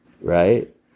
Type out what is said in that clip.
right